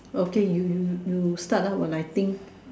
okay you you you start lah while I think